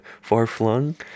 Far-flung